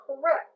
correct